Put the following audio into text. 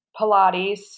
Pilates